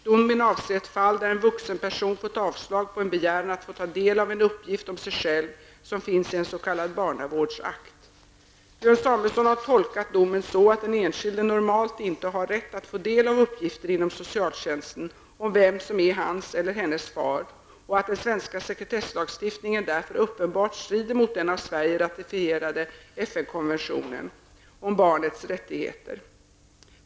Domen avser ett fall där en vuxen person fått avslag på en begäran att få ta del av en uppgift om sig själv som finns i en s.k. Björn Samuelson har tolkat domen så att den enskilde normalt inte har rätt att få del av uppgifter inom socialtjänsten om vem som är hans eller hennes far och att den svenska sekretesslagstiftningen därför uppenbart strider mot den av Sverige ratificerade FN-konventionen om barnens rättigheter.